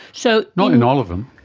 so not in all of them.